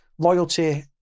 Loyalty